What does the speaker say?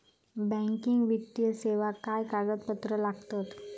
Banking वित्तीय सेवाक काय कागदपत्र लागतत?